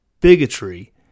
bigotry